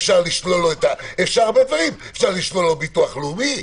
אפשר לשלול לו ביטוח לאומי,